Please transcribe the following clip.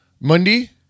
Monday